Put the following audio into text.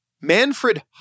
Manfred